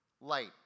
light